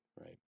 right